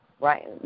Right